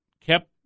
kept